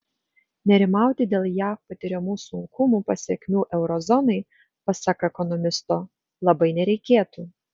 nerimauti dėl jav patiriamų sunkumų pasekmių euro zonai pasak ekonomisto labai nereikėtų